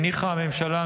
הניחה הממשלה,